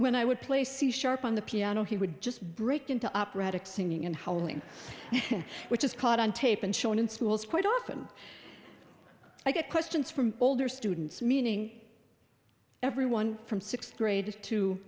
when i would play c sharp on the piano he would just break into operatic singing and howling which is caught on tape and shown in schools quite often i get questions from older students meaning everyone from sixth grade t